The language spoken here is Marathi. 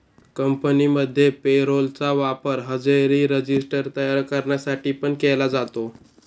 कंपनीमध्ये पे रोल चा वापर हजेरी रजिस्टर तयार करण्यासाठी पण केला जातो